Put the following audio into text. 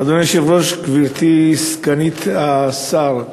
אדוני היושב-ראש, גברתי סגנית השר,